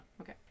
Okay